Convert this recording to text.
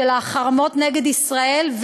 של החרמות נגד ישראל.